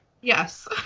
yes